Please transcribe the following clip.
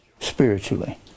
spiritually